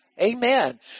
Amen